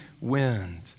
wind